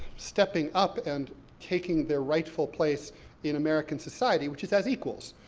stepping up and taking their rightful place in american society, which is as equals.